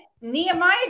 nehemiah